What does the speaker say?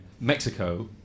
mexico